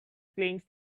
clings